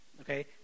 okay